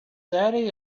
daddy